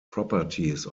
properties